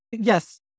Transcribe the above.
Yes